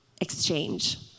exchange